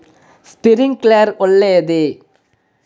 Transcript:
Sprinkler ಒಳ್ಳೇದೇ?